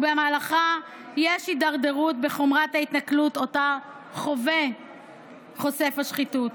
ובמהלכה יש הידרדרות בחומרת ההתנכלות שאותה חווה חושף השחיתות.